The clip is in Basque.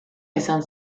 izan